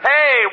Hey